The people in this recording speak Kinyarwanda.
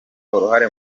uruhare